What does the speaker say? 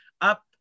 up